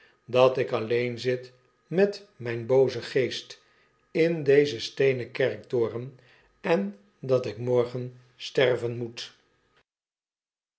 dat ik alleen zit met mijn boozen geest in dezen steenen kerkertoren en dat ik morgen sterven moet